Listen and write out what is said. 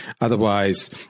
Otherwise